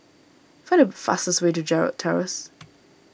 find the fastest way to Gerald Terrace